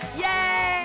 Yay